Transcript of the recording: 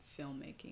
filmmaking